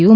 you